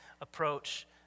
approach